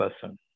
person